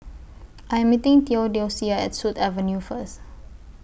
I'm meeting Theodocia At Sut Avenue First